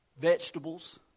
vegetables